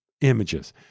images